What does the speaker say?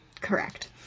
Correct